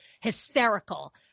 hysterical